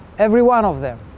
everyone of them.